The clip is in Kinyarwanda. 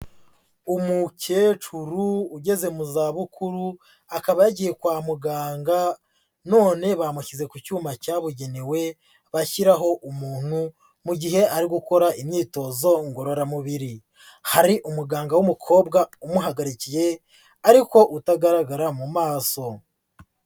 Umukecuru ugeze mu zabukuru akaba yagiye kwa muganga none bamushyize ku cyuma cyabugenewe bashyiraho umuntu mu gihe ari gukora imyitozo ngororamubiri, hari umuganga w'umukobwa umuhagarikiye ariko utagaragara mu maso.